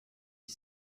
est